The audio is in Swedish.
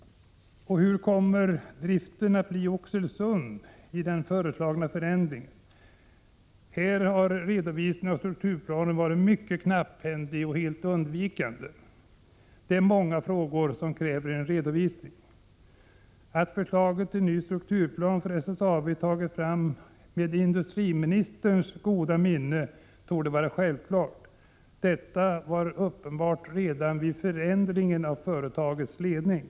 Hur kommer driften i Oxelösund att bli med den föreslagna förändringen? På den punkten har redovisningen av strukturplanen varit mycket knapphändig och helt undvikande. Det finns alltså många frågor som kräver en redovisning. Att förslaget till ny strukturplan för SSAB tagits fram med industriministerns goda minne torde vara självklart. Det var uppenbart redan vid förändringen av företagets ledning.